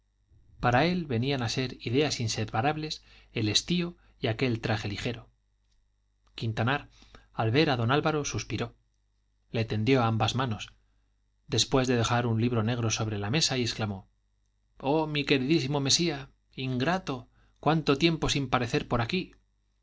para él venían a ser ideas inseparables el estío y aquel traje ligero quintanar al ver a don álvaro suspiró le tendió ambas manos después de dejar un libro negro sobre la mesa y exclamó oh mi queridísimo mesía ingrato cuánto tiempo sin parecer por aquí